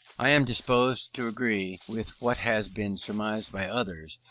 i am disposed to agree with what has been surmised by others,